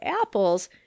apples